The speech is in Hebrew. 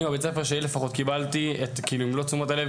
בבית הספר שלי לפחות, קיבלתי את מלוא תשומת הלב.